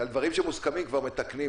ודברים שמוסכמים כבר מתקנים.